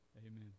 Amen